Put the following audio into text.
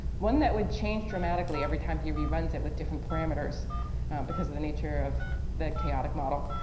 one that would change dramatically every time he reruns it with different parameters because of the nature of the chaotic model.